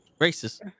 racist